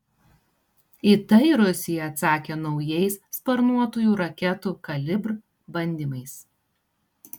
į tai rusija atsakė naujais sparnuotųjų raketų kalibr bandymais